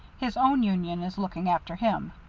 his own union is looking after him.